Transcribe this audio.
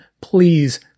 please